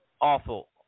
awful